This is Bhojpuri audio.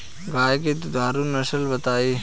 गाय के दुधारू नसल बताई?